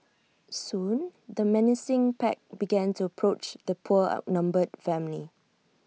soon the menacing pack began to approach the poor outnumbered family